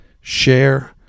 Share